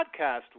Podcast